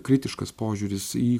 kritiškas požiūris į